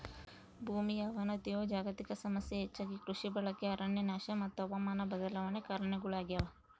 ಭೂಮಿಯ ಅವನತಿಯು ಜಾಗತಿಕ ಸಮಸ್ಯೆ ಹೆಚ್ಚಾಗಿ ಕೃಷಿ ಬಳಕೆ ಅರಣ್ಯನಾಶ ಮತ್ತು ಹವಾಮಾನ ಬದಲಾವಣೆ ಕಾರಣಗುಳಾಗ್ಯವ